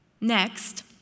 Next